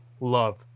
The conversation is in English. love